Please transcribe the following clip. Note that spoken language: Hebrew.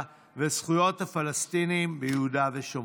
וזכויות הפלסטינים ביהודה ושומרון.